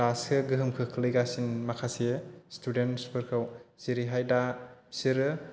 दासो गोहोम खोख्लैगासिनो माखासे स्टुडेन्टसफोरखौ जेरैहाय दा बिसोरो